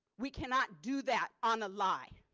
we cannot do that on the fly.